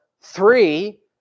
three